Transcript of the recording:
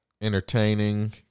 entertaining